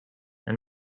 and